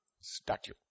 statue